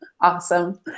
Awesome